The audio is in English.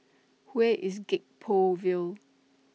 Where IS Gek Poh Ville